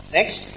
Next